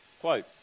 Quote